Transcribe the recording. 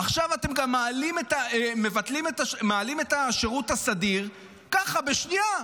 עכשיו אתם גם מעלים את השירות הסדיר, ככה, בשנייה.